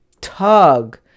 tug